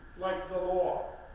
like the law.